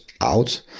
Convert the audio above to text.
out